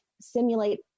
simulate